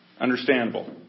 understandable